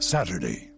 Saturday